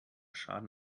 schaden